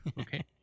okay